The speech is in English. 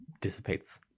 dissipates